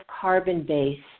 carbon-based